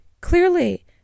Clearly